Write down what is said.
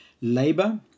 Labor